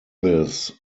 this